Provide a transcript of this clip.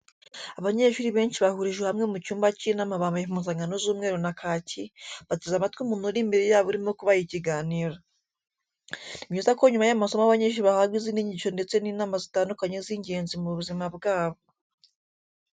Abanyeshuri benshi bahurijwe hamwe mu cyumba cy'inama bambaye impuzankano z'umweru na kaki, bateze amatwi umuntu uri imbere yabo urimo kubaha ikiganiro. Ni byiza ko nyuma y'amasomo abanyeshuri bahabwa izindi nyigisho ndetse n'inama zitandukanye z'ingenzi mu buzima bwabo.